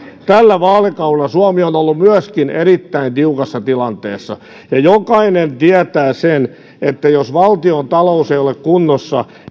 tällä vaalikaudella suomi on ollut myöskin erittäin tiukassa tilanteessa ja jokainen tietää sen että jos valtiontalous ei ole kunnossa